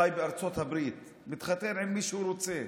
חי בארצות הברית, מתחתן עם מי שהוא רוצה,